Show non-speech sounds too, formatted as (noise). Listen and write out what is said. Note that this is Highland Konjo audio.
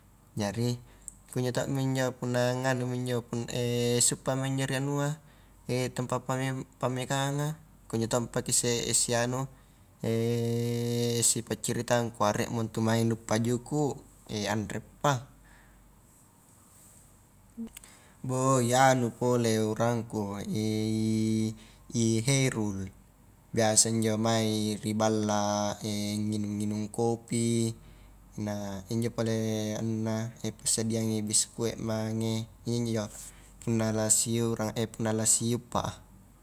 Jari kunjo to mi injo punna nganumi injo punna (hesitation) siuppama injo ri anua (hesitation) tempat pameng-pamekanganga, kunjo to paki isse sianu, (hesitation) sipaccaritang kua rie mo ntu mae nu uppa juku' (hesitation) anreppa, (hesitation) i anu pole urangku i i herul, biasa injo mai ri balla (hesitation) nginung-nginung kopi nah injo pale anunna (hesitation) passadiangi biskuit mange, iya injo punna la siurang (hesitation) punna la si uppa a.